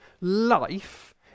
life